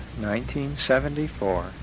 1974